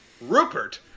Rupert